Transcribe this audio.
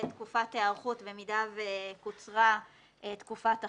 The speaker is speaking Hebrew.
תקופת היערכות במידה וקוצרה תקופת החירום.